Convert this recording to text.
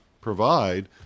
provide